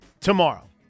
Tomorrow